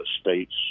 states